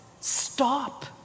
stop